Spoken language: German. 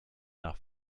nach